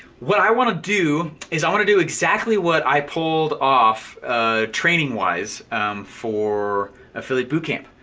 what i wanna do is i wanna do exactly what i pulled off training-wise for affiliate bootcamp.